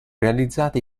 realizzate